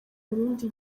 burundi